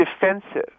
defensive